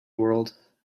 world